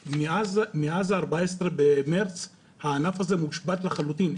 מאז ה-14 במרץ הענף הזה מושבת לחלוטין,